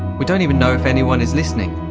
we don't even know if anyone is listening.